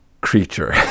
creature